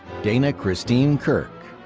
dana kristine kirk,